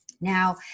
Now